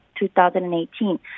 2018